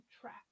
track